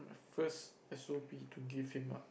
first as so be to give him ah